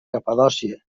capadòcia